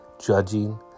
judging